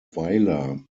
weiler